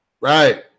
Right